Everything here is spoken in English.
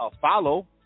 follow